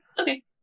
Okay